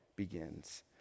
begins